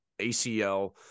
ACL